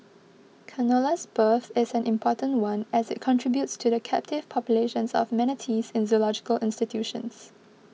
canola's birth is an important one as it contributes to the captive populations of manatees in zoological institutions